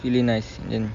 very nice then